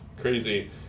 crazy